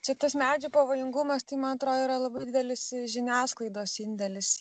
čia tas medžių pavojingumas tai man atrodo yra labai didelis žiniasklaidos indėlis